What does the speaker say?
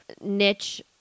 niche